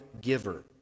giver